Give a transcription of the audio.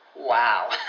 Wow